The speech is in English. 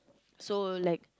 so like